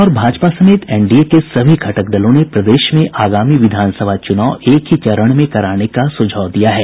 जदयू और भाजपा समेत एनडीए के सभी घटक दलों ने प्रदेश में आगामी विधानसभा चुनाव एक ही चरण में कराने का सुझाव दिया है